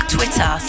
Twitter